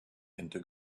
into